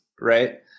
Right